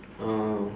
um